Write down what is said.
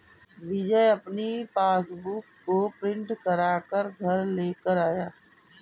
विजय अपनी पासबुक को प्रिंट करा कर घर लेकर आया है